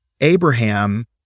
Abraham